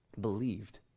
believed